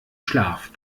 schlaf